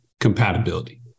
compatibility